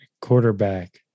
quarterback